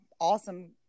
awesome